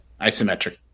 isometric